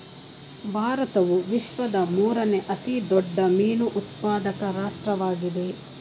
ಭಾರತವು ವಿಶ್ವದ ಮೂರನೇ ಅತಿ ದೊಡ್ಡ ಮೀನು ಉತ್ಪಾದಕ ರಾಷ್ಟ್ರವಾಗಿದೆ